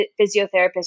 physiotherapist